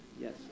Yes